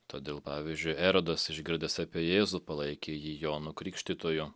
todėl pavyzdžiui erodas išgirdęs apie jėzų palaikė jį jonu krikštytoju